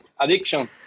addiction